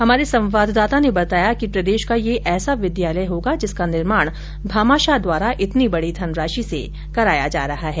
हमारे संवाददाता ने बताया कि प्रदेश का यह ऐसा विद्यालय होगा जिसका निर्माण भामाशाह द्वारा इतनी बड़ी धनराशि से करवाया जा रहा है